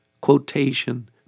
quotation